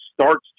starts